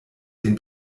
den